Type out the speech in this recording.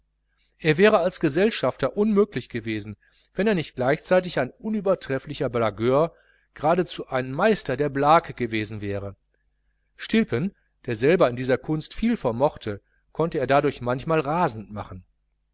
er wäre als gesellschafter unmöglich gewesen wenn er nicht gleichzeitig ein unübertrefflicher blagueur geradezu ein meister der blague gewesen wäre stilpen der selber in dieser kunst viel vermochte konnte er dadurch manchmal rasend machen